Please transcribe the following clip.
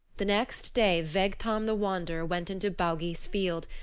the next day vegtam the wanderer went into baugi's field.